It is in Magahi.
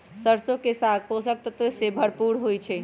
सरसों के साग पोषक तत्वों से भरपूर होई छई